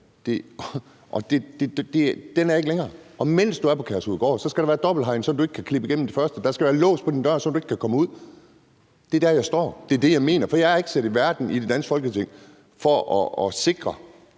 den er ikke længere. Og mens du er på Kærshovedgård, skal der være dobbelthegn, sådan at du ikke bare kan klippe igennem det første. Der skal være lås på din dør, så du ikke kan komme ud. Det er der, jeg står, og det er det, jeg mener. For jeg er ikke sat i verden i det danske Folketing for at sikre,